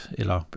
eller